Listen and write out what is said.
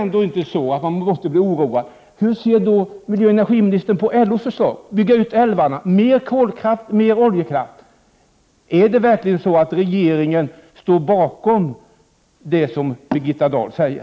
Nog måste man väl bli oroad — eller hur ser miljöoch energiministern på LO:s förslag om att bygga ut älvarna, om mer kolkraft och om mer oljekraft? Är det verkligen så att regeringen står bakom det som Birgitta Dahl säger?